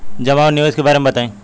जमा और निवेश के बारे मे बतायी?